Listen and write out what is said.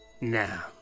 now